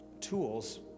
tools